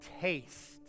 taste